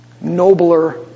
nobler